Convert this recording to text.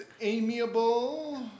amiable